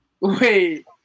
Wait